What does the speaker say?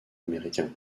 américain